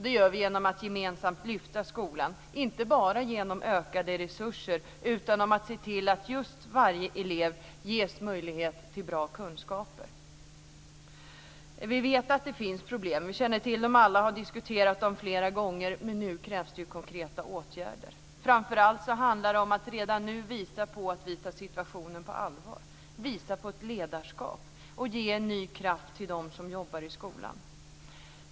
Det gör vi genom att gemensamt lyfta skolan, inte bara genom ökade resurser utan genom att se till att just varje elev ges möjlighet att få bra kunskaper. Vi vet att det finns problem. Vi känner till dem alla och har diskuterat dem flera gånger, men nu krävs det konkreta åtgärder. Framför allt handlar det om att redan nu visa på att vi tar situationen på allvar, visa på ett ledarskap och ge en ny kraft till dem som jobbar i skolan.